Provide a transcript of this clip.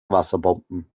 wasserbomben